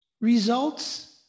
Results